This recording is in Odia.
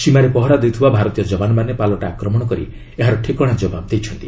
ସୀମାରେ ପହରା ଦେଉଥିବା ଭାରତୀୟ ଯବାନମାନେ ପାଲଟା ଆକ୍ରମଣ କରି ଏହାର ଠିକଣା ଜବାବ ଦେଇଛନ୍ତି